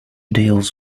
deals